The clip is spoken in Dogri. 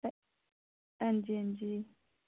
आं जी आं जी